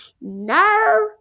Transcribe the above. no